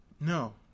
no